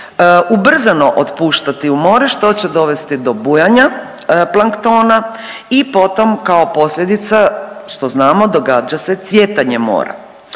ubrzano otpuštati u more, što će dovesti do bujanja planktona i potom kao posljedica, što znamo događa se cvjetanje mora,